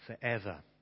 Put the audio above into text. forever